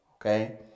okay